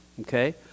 Okay